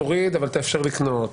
תוריד אבל תאפשר לקנות.